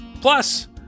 Plus